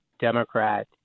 Democrat